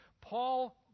Paul